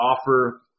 offer